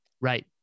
Right